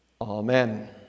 Amen